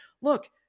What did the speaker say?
Look